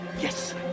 Yes